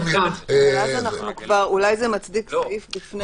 -- אולי זה מצדיק סעיף בפני עצמו.